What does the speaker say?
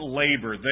labor